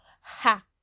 Ha